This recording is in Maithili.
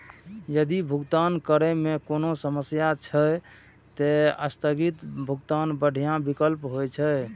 यदि भुगतान करै मे कोनो समस्या छै, ते स्थगित भुगतान बढ़िया विकल्प होइ छै